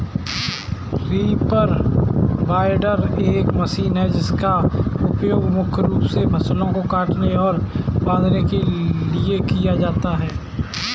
reaper binder एक machine है जिसका उपयोग मुख्य रूप से फसलों को काटने और बांधने के लिए किया जाता है